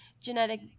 genetic